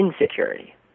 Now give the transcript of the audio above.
insecurity